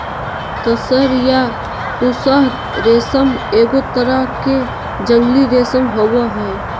तसर या तुसह रेशम एगो तरह के जंगली रेशम होबो हइ